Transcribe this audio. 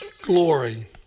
glory